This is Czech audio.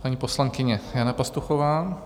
Paní poslankyně Jana Pastuchová.